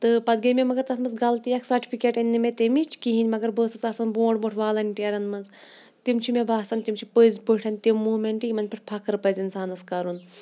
تہٕ پَتہٕ گٔے مےٚ مگر تَتھ منٛز غلطی اَکھ سٔٹفِکیٹ أنۍ نہٕ مےٚ تٔمِچ کِہیٖنۍ مگر بہٕ ٲسٕس آسان بروںٛٹھ بروںٛٹھ والَنٹِیَرَن منٛز تِم چھِ مےٚ باسان تِم چھِ پٔزۍ پٲٹھۍ تِم موٗمٮ۪نٛٹ یِمَن پٮ۪ٹھ فخٕر پَزِ اِنسانَس کَرُن